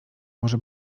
może